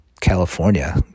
California